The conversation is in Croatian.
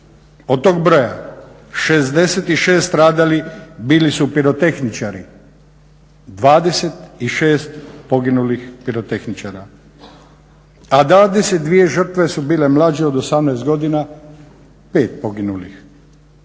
Od tog broja 66 stradalih bili su pirotehničari, 26 poginulih pirotehničara, a 22 žrtve su bile mlađe od 18 godina, 5 poginulih.